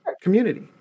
Community